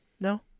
No